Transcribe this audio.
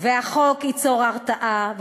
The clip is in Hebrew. והחוק ייצור הרתעה.